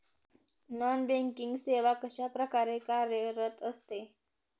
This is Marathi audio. नॉन बँकिंग सेवा कशाप्रकारे कार्यरत असते?